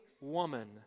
woman